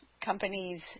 companies